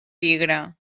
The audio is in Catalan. tigre